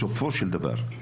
בסופו של דבר,